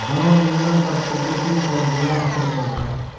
वनोन्मूलन का प्रकृति पर बुरा असर पड़ता है